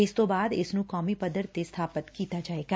ਇਸ ਤੋਂ ਬਾਅਦ ਇਸ ਨੁੰ ਕੌਮੀ ਪੱਧਰ ਤੇ ਸਬਾਪਤ ਕੀਤਾ ਜਾਵੇਗਾ